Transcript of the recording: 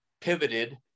pivoted